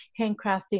handcrafting